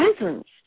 presence